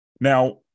now